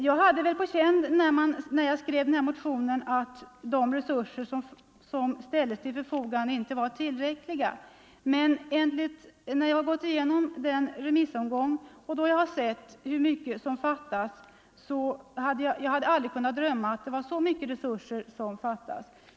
Jag visste när jag skrev den här motionen att de resurser som ställs till förfogande var otillräckliga. Efter genomgång av remissutlåtandena har jag fått klart för mig hur ofantligt stor bristen på resurser är på detta område.